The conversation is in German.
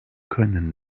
können